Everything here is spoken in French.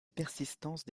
persistance